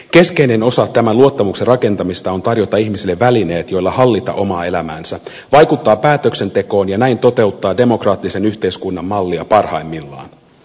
keskeinen osa tämän luottamuksen rakentamista on tarjota ihmisille välineet joilla hallita omaa elämäänsä vaikuttaa päätöksentekoon ja näin toteuttaa demokraattisen yhteiskunnan mallia parhaimmillaan